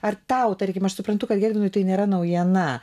ar tau tarkim aš suprantu kad gedvinui tai nėra naujiena